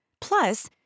Plus